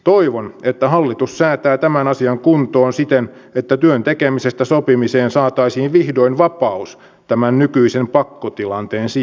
toivon että hallitus säätää tämän asian kuntoon siten että työn tekemisestä sopimiseen saataisiin vihdoin vapaus tämän nykyisen pakkotilanteen sijaan